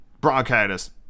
bronchitis